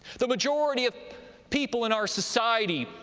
the majority of people in our society,